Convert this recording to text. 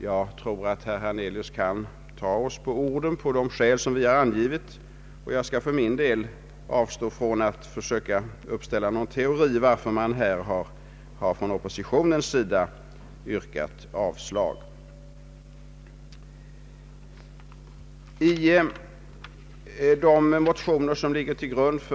Jag tror att herr Hernelius kan ta oss på orden när vi har angivit våra skäl; och jag skall för min del avstå från att söka framlägga någon teori om varför oppositionen har yrkat avslag på föreliggande förslag.